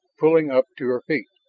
pulling up to her feet.